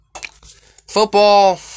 football